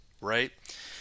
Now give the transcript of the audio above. right